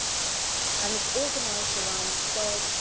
and it's organized around twelve.